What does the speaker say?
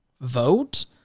vote